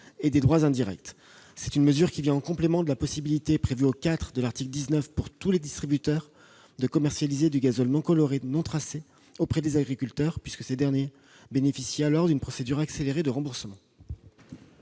et droits indirects. Cette mesure vient en complément de la possibilité prévue au IV de l'article 19 pour tous les distributeurs de commercialiser du gazole non coloré et non tracé auprès des agriculteurs, puisque ces derniers bénéficient d'une procédure accélérée de remboursement.